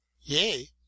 Yea